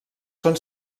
són